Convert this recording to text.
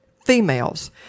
females